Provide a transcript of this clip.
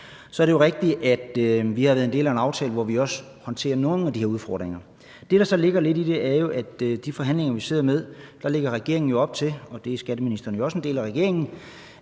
Så er det rigtigt, at vi har været en del af en aftale, hvor vi også håndterer nogle af de her udfordringer, men det, der så ligger lidt i det, er jo, at regeringen i de forhandlinger, vi sidder med, lægger op til – og skatteministeren er jo også en del af regeringen